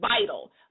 vital